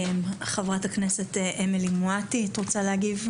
חברת הכנסת אמילי מואטי, את רוצה להגיב?